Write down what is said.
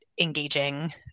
engaging